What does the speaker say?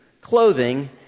clothing